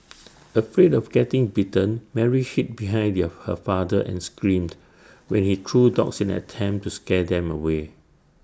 afraid of getting bitten Mary hid behind the A her her father and screamed when he threw rocks in attempt to scare them away